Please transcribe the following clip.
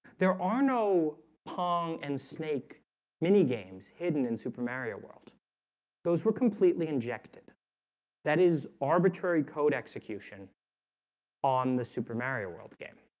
there are no pong and snake minigames hidden in super mario world those were completely injected that is arbitrary code execution on the super mario world game